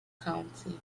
county